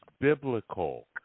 biblical